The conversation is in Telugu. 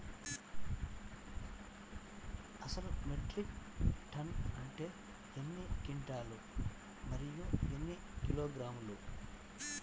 అసలు మెట్రిక్ టన్ను అంటే ఎన్ని క్వింటాలు మరియు ఎన్ని కిలోగ్రాములు?